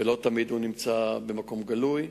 ולא תמיד הוא נמצא במקום גלוי.